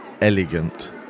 elegant